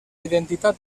identitat